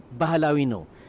bahalawino